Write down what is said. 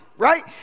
right